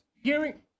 hearing